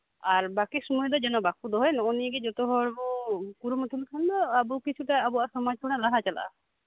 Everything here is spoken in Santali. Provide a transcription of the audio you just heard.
ᱟᱨ ᱵᱟᱠᱤ ᱥᱚᱢᱚᱭ ᱡᱮᱱᱚ ᱵᱟᱠᱚ ᱫᱚᱦᱚᱭ ᱱᱚᱜᱼᱚᱭ ᱱᱤᱭᱟᱹ ᱜᱮ ᱡᱚᱛᱚ ᱦᱚᱲ ᱵᱚ ᱠᱩᱨᱩᱢᱩᱴᱩ ᱞᱮᱠᱷᱟᱡ ᱫᱚ ᱟᱵᱚᱣᱟᱜ ᱥᱚᱢᱟᱡ ᱡᱚᱛ ᱠᱷᱚᱱᱟᱜ ᱞᱟᱦᱟ ᱪᱟᱞᱟᱜᱼᱟ